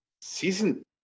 Season